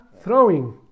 throwing